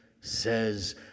says